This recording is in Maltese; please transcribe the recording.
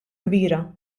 kbira